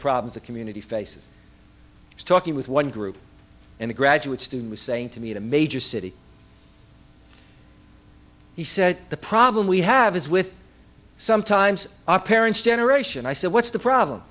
problems the community faces is talking with one group and a graduate student was saying to me in a major city he said the problem we have is with sometimes our parents generation i said what's the problem